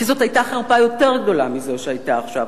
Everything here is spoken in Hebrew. כי זאת היתה חרפה יותר גדולה מזו שהיתה עכשיו,